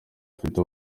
afite